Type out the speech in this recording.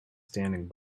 standing